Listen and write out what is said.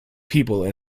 people